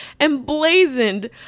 emblazoned